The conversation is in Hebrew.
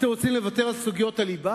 אתם רוצים לוותר על סוגיות הליבה?